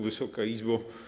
Wysoka Izbo!